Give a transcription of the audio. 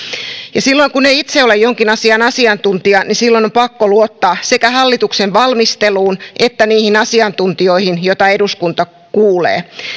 silloin kun ei itse ole jonkin asian asiantuntija on pakko luottaa sekä hallituksen valmisteluun että niihin asiantuntijoihin joita eduskunta kuulee